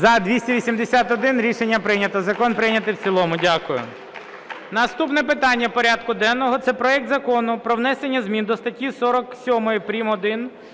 За-281 Рішення прийнято. Закон прийнято в цілому. Дякую. Наступне питання порядку денного – це проект Закону про внесення змін до статті 47 прим. 1